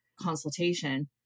consultation